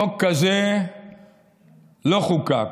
חוק כזה לא חוקק.